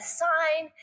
sign